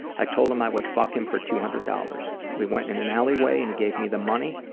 i told him i would fuck him for two hundred dollars. we went in an alleyway and he gave me the money.